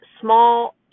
small